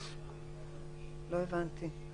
לא הבנתי.